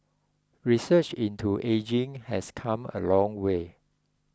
research into ageing has come a long way